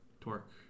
Torque